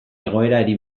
egoerari